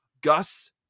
Gus